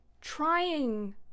trying